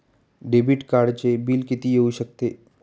Debit कार्डचे bill किती येऊ शकते?